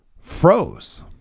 froze